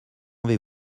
avez